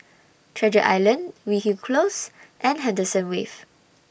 Treasure Island Weyhill Close and Henderson Wave